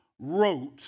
wrote